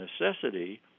necessity